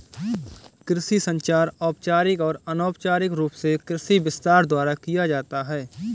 कृषि संचार औपचारिक और अनौपचारिक रूप से कृषि विस्तार द्वारा किया जाता है